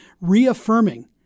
reaffirming